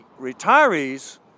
retirees